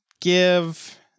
give